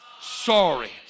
sorry